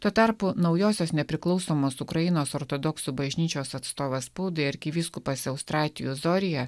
tuo tarpu naujosios nepriklausomos ukrainos ortodoksų bažnyčios atstovas spaudai arkivyskupas austratijus zorija